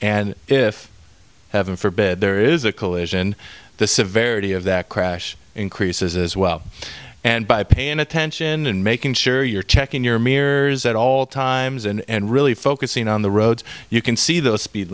and if heaven forbid there is a collision the severity of that crash increases as well and by paying attention and making sure you're checking your mirrors at all times and really focusing on the roads you can see the speed